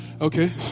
Okay